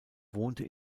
wohnte